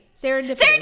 serendipity